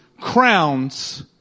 crowns